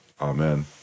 Amen